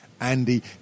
Andy